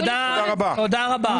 תודה רבה.